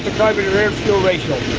carburetor air fuel ratio